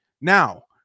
Now